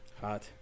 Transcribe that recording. Hot